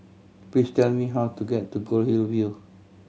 please tell me how to get to Goldhill View